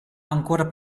ancora